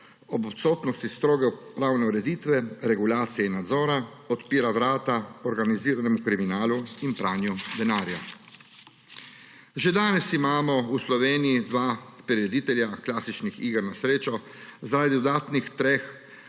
ob odsotnosti stroge pravne ureditve, regulacije in nadzora odpira vrata organiziranemu kriminalu in pranju denarja. Že danes imamo v Sloveniji dva prireditelja klasičnih iger na srečo, zaradi dodatnih treh